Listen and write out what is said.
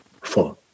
Four